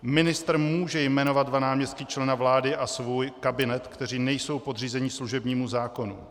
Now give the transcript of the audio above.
Ministr může jmenovat dva náměstky člena vlády a svůj kabinet, kteří nejsou podřízeni služebnímu zákonu.